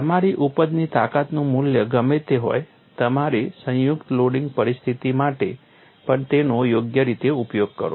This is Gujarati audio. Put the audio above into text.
તમારી ઉપજની તાકાતનું મૂલ્ય ગમે તે હોય તમારી સંયુક્ત લોડિંગ પરિસ્થિતિ માટે પણ તેનો યોગ્ય રીતે ઉપયોગ કરો